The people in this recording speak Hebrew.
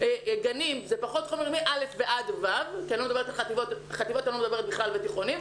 המורים הם חלק מתוך התמונה, אבל הם לא כל התמונה.